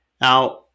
Now